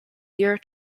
year